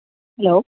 hello